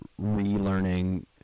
relearning